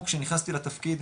כשנכנסתי לתפקיד,